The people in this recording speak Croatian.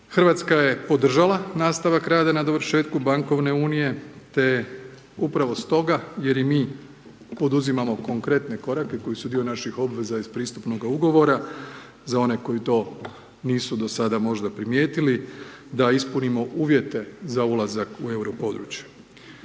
Hrvatska je podržala nastavak rada na dovršetku bankovne unije, te upravo stoga, jer i mi poduzimamo konkretne korake, koji su dio našeg obveza iz pristupnoga ugovora, za one koji to nisu do sada možda primijetili, da ispunimo uvijete, za ulazak u euro područje.